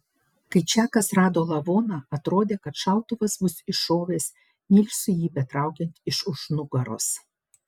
kai čakas rado lavoną atrodė kad šautuvas bus iššovęs nilsui jį betraukiant iš už nugaros